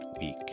week